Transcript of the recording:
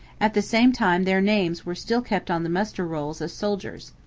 at the same time their names were still kept on the muster rolls as soldiers.